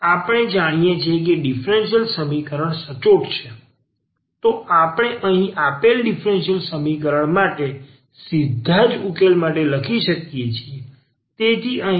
આપણે જાણીએ છે કે ડીફરન્સીયલ સમીકરણ સચોટ છે તો આપણે અહીં આપેલા ડીફરન્સીયલ સમીકરણ માટે સીધા જ ઉકેલ માટે લખી શકીએ છીએ